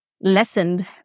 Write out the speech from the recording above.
Lessened